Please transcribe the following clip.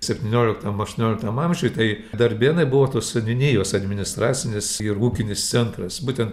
septynioliktam aštuonioliktam amžiuj tai darbėnai buvo tos seniūnijos administracinis ir ūkinis centras būtent